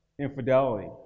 infidelity